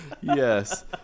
Yes